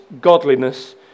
godliness